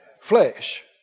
flesh